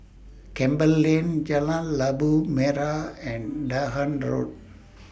Campbell Lane Jalan Labu Merah and Dahan Road